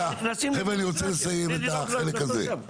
חבר'ה, אני רוצה לסיים את החלק הזה.